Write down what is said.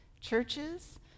churches